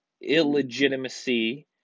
illegitimacy